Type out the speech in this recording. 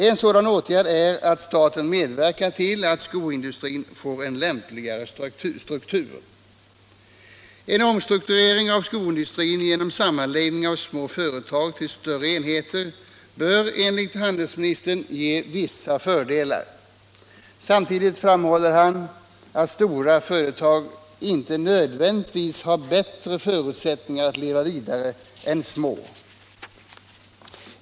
En sådan åtgärd är att staten medverkar till att skoindustrin får en lämpligare struktur. En omstrukturering av skoindustrin genom sammanläggning av små företag till större enheter bör enligt handelsministern ge vissa fördelar. Samtidigt framhåller han att stora företag inte nödvändigtvis har bättre förutsättningar att leva vidare än små.